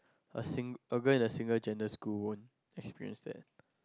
a sing~ a girl in a single gender school won't experience that